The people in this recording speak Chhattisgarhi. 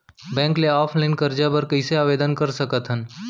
बैंक ले ऑनलाइन करजा बर कइसे आवेदन कर सकथन?